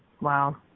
Wow